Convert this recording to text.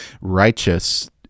righteous